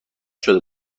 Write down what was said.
شده